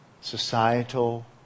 societal